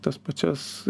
tas pačias